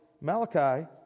Malachi